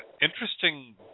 interesting